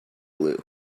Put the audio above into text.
glue